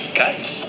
cuts